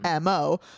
MO